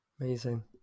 Amazing